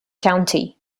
county